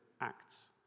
acts